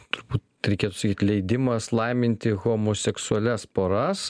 turbūt reikėtų sakyt leidimas laiminti homoseksualias poras